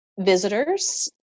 visitors